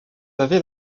avez